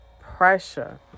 pressure